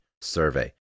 survey